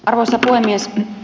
arvoisa puhemies